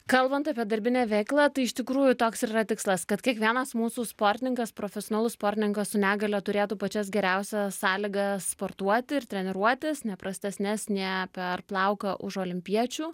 kalbant apie darbinę veiklą tai iš tikrųjų toks ir yra tikslas kad kiekvienas mūsų sportininkas profesionalus sportininkas su negalia turėtų pačias geriausias sąlygas sportuoti ir treniruotis ne prastesnes nė per plauką už olimpiečių